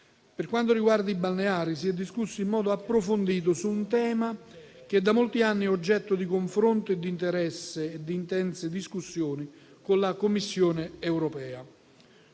Per quanto riguarda i balneari, si è discusso in modo approfondito su un tema che da molti anni è oggetto di confronto, di interesse e di intense discussioni con la Commissione europea.